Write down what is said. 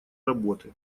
работы